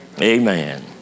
Amen